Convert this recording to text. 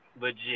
legit